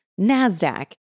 NASDAQ